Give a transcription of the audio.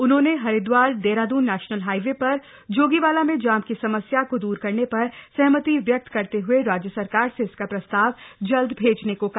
उन्होंन हरिद्वार दहरादून नश्चनल हाईवश्पर जोगीवाला में जाम की समस्या को दूर करन पर सहमति व्यक्त करत हए राज्य सरकार स इसका प्रस्ताव जल्द भ्रामन को कहा